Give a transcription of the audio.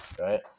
right